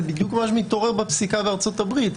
זה בדיוק מה שמתעורר בפסיקה בארצות הברית.